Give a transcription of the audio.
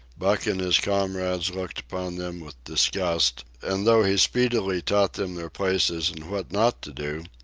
buck and his comrades looked upon them with disgust, and though he speedily taught them their places and what not to do,